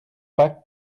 pas